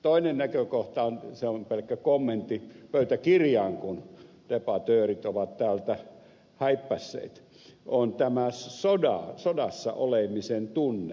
toinen näkökohta se on pelkkä kommentti pöytäkirjaan kun depatöörit ovat täältä häippäisseet on tämän sodassa olemisen tunne